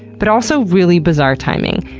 but also really bizarre timing.